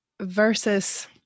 versus